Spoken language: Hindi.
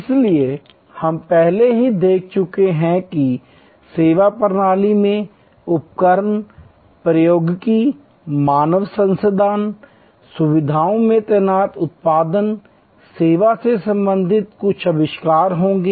इसलिए हम पहले ही देख चुके हैं कि सेवा प्रणालियों में उपकरण प्रौद्योगिकी मानव संसाधन सुविधाओं में तैनात उत्पाद सेवा से संबंधित कुछ आविष्कार होंगे